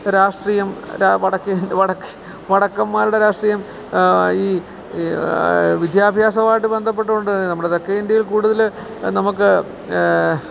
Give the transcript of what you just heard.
രാഷ്ട്രീയം വടക്കൻമാരുടെ രാഷ്ട്രീയം ഈ വിദ്യാഭ്യാസപരമായിട്ട് ബന്ധപ്പെട്ടുകൊണ്ട് തന്നെ നമ്മുടെ തെക്കേ ഇന്ത്യയില് കൂടുതല് നമുക്ക്